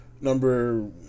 number